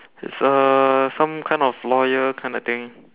it's uh some kind of lawyer kind of thing